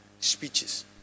speeches